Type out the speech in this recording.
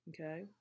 okay